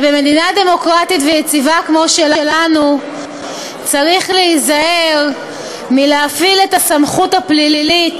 ובמדינה דמוקרטית ויציבה כמו שלנו צריך להיזהר מלהפעיל את הסמכות הפלילית